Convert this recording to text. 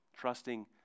trusting